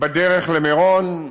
בדרך למירון,